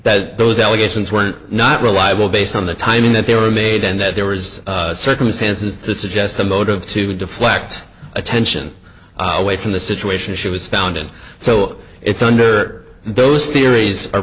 that those allegations were not reliable based on the timing that they were made and that there was circumstances to suggest a motive to deflect attention away from the situation she was found in so it's under those theories are